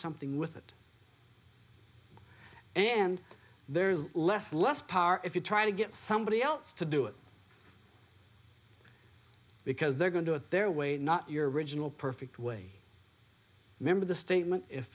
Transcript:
something with it and there's less less power if you try to get somebody else to do it because they're going to get their way not your original perfect way remember the statement if